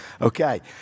Okay